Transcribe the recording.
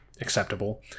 acceptable